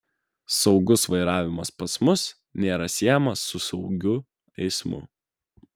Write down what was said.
saugus vairavimas pas mus nėra siejamas su saugiu eismu